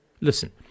Listen